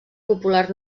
popular